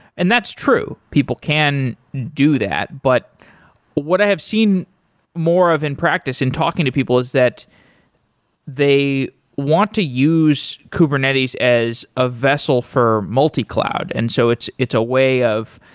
and that's true people can do that, but what i have seen more of in practice, in talking to people is that they want to use kubernetes as a vessel for multi-cloud and so it's it's a way of,